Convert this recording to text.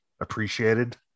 appreciated